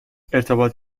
ارتباط